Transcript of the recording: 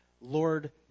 Lord